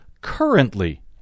currently